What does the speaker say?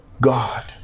God